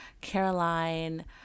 caroline